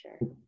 sure